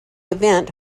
event